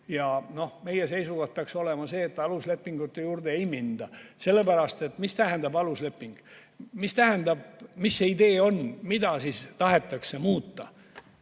Ja meie seisukoht peaks olema see, et aluslepingute kallale ei minda. Sellepärast et mida tähendab alusleping ja mis see idee on, mida tahetakse muuta?